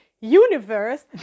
Universe